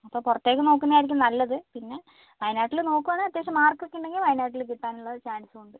അപ്പോൾ പുറത്തേക്ക് നോക്കുന്നതായിരിക്കും നല്ലത് പിന്നെ വയനാട്ടിൽ നോക്കുകയാണെങ്കിൽ അത്യാവശ്യം മാർക്കൊക്കെ ഉണ്ടെങ്കിൽ വയനാട്ടിൽ കിട്ടാൻ ഉള്ള ചാൻസും ഉണ്ട്